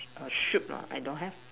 a ship lah I don't have